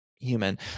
human